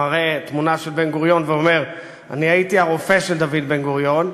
מראה תמונה של בן-גוריון ואומר: אני הייתי הרופא של דוד בן-גוריון.